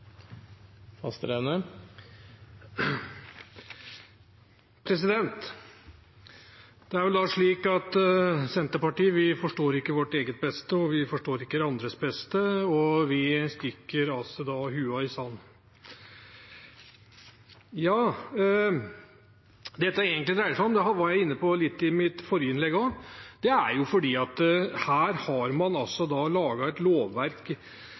Det er vel da slik at vi i Senterpartiet ikke forstår vårt eget beste, vi forstår ikke andres beste, og vi stikker hodet i sanden. Vel, det dette egentlig dreier seg om – og det var jeg litt inne på også i mitt forrige innlegg – er at her har man laget et lovverk